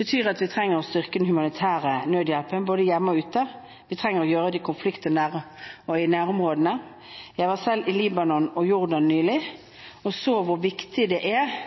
betyr at vi trenger å styrke den humanitære nødhjelpen, både hjemme og ute. Vi trenger å gjøre det i konfliktområder og i nærområdene. Jeg var selv i Libanon og Jordan nylig og så hvor viktig det er